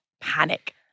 panic